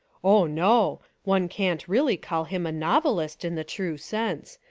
oh, no. one can't really call him a novel ist in the true sense.